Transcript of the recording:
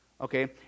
Okay